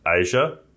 Asia